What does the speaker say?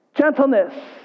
gentleness